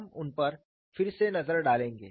हम उन पर फिर से नज़र डालेंगे